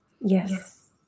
Yes